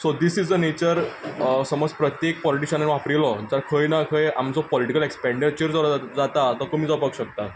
so this is a nature समज प्रत्येक पोलिटीशनानी वापरिल्लो जाल्यार खंय ना खंय आमचो पोलिटीकल एक्सपेडीचर जाता तो कमी जावपा शकता